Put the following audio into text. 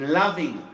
loving